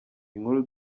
inkuru